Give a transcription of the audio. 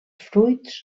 fruits